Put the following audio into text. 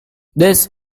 this